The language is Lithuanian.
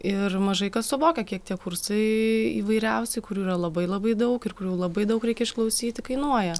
ir mažai kas suvokia kiek tie kursai įvairiausi kurių yra labai labai daug ir kurių labai daug reikia išklausyti kainuoja